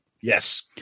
Yes